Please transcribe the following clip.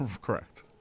Correct